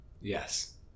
Yes